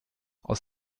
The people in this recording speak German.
aus